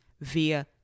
via